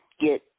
get